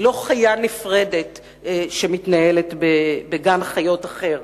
היא לא חיה נפרדת שחיה בגן-חיות אחר.